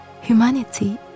humanity